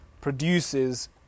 produces